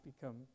become